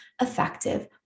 effective